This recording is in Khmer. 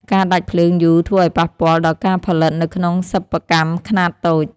ការដាច់ភ្លើងយូរធ្វើឱ្យប៉ះពាល់ដល់ការផលិតនៅក្នុងសិប្បកម្មខ្នាតតូច។